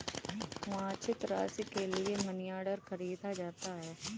वांछित राशि के लिए मनीऑर्डर खरीदा जाता है